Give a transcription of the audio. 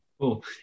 Cool